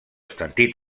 sentit